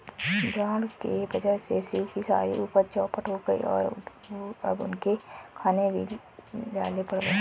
बाढ़ के वजह से शिव की सारी उपज चौपट हो गई और अब उनके खाने के भी लाले पड़ गए हैं